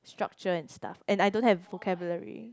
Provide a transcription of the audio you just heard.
structure and stuff and I don't have vocabulary